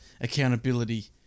accountability